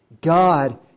God